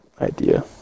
idea